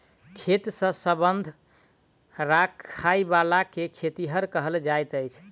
खेत सॅ संबंध राखयबला के खेतिहर कहल जाइत अछि